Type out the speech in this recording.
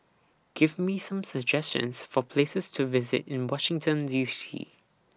Give Me Some suggestions For Places to visit in Washington D C